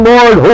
Lord